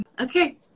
Okay